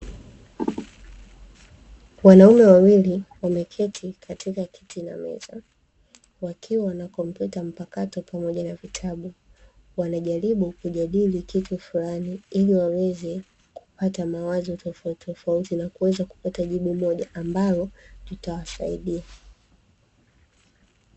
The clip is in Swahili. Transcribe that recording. Wanaume wawili wameketi katika kiti na meza wakiwa na kompyuta mpakato pamoja na vitabu, wanajaribu kujadili kitu fulani ili waweze kupata mawazo tofauti tofauti na kuweza kupata jibu moja ambalo litawasaidia.